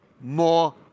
more